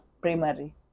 primary